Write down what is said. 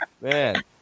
man